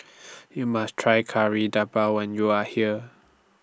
YOU must Try Kari Debal when YOU Are here